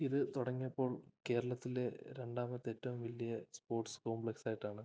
ഇതു തുടങ്ങിയപ്പോൾ കേരളത്തിലെ രണ്ടാമത്തെ ഏറ്റവും വലിയ സ്പോർട്സ് കോംപ്ലക്സായിട്ടാണ്